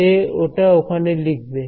সে ওটা এখানে লিখবে